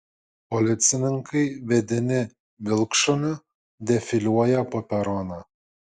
policininkai vedini vilkšuniu defiliuoja po peroną